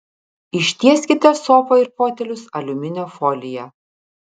ištieskite sofą ir fotelius aliuminio folija